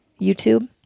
YouTube